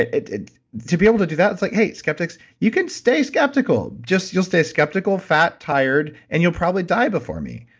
to be able to do that, it's like, hey, skeptics, you can stay skeptical. just you'll stay skeptical, fat, tired, and you'll probably die before me,